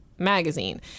Magazine